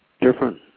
different